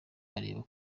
areba